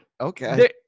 okay